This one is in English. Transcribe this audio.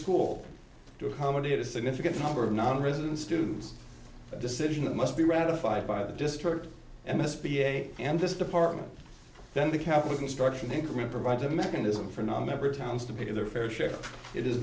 school to accommodate a significant number of nonresident students a decision that must be ratified by the district and the s b a and this department then the capital construction increment provides a mechanism for nonmember towns to pay their fair share it is